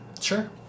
Sure